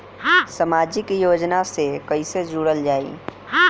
समाजिक योजना से कैसे जुड़ल जाइ?